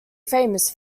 famous